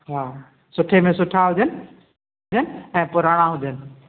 हा सुठे में सुठा हुजनि ऐं पुराणा हुजनि